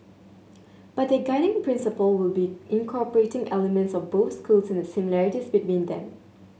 but their guiding principle will be incorporating elements of both schools and similarities between them